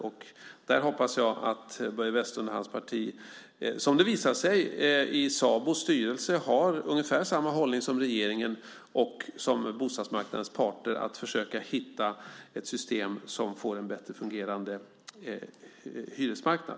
Det visar sig att Börje Vestlunds parti i Sabos styrelse har ungefär samma hållning som regeringen, och jag hoppas att bostadsmarknadens parter försöker hitta ett system som ger en bättre fungerande hyresmarknad.